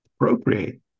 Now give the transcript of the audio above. appropriate